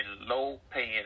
low-paying